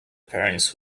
parents